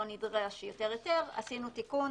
לא נדרש יותר היתר - עשינו תיקון